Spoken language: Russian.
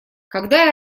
когда